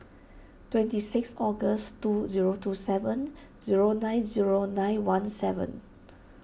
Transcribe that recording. twenty six August two zero two seven zero nine zero nine one seven